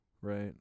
right